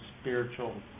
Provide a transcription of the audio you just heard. spiritual